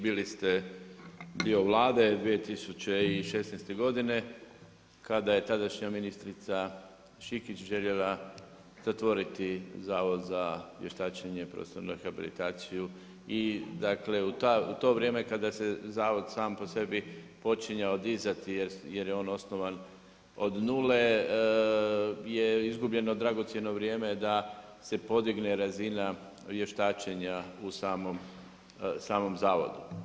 Bili ste dio vlade 2016. godine kada je tadašnja ministrica Šikić željela zatvoriti Zavod za vještačenje, profesionalnu rehabilitaciju i to vrijeme kada se zavod sam po sebi počinjao dizati jer je osnovan od nule je izgubljeno dragocjeno vrijeme da se podigne razina vještačenja u samom zavodu.